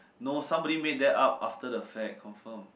no somebody made that up after that fact confirm